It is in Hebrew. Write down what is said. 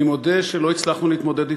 אני מודה שלא הצלחנו להתמודד אתן.